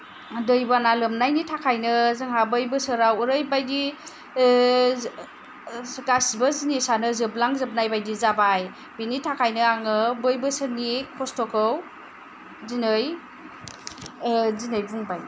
दैबाना लोमनायनि थाखायनो जोंहा बै बोसोराव ओरैबायदि गासैबो जिनिसानो जोबलांजोबनाय बायदि जाबाय बेनिथाखायनो आङो बै बोसोरनि खस्थ'खौ दिनै दिनै बुंबाय